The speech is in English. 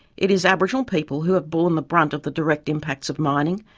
it is aboriginal people who have borne the brunt of the direct impacts of mining,